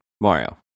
Mario